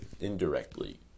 indirectly